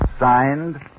signed